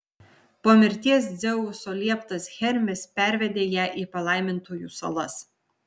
po mirties dzeuso lieptas hermis pervedė ją į palaimintųjų salas